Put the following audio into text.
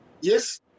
Yes